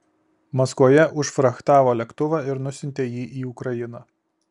maskvoje užfrachtavo lėktuvą ir nusiuntė jį į ukrainą